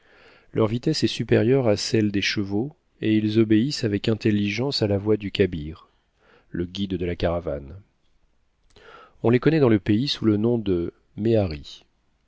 leur vitesse est supérieure à celle des chevaux et ils obéissent avec intelligence à la voix du khabir le guide de la caravane on les connaît dans le pays sous le nom de mehari